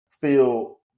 feel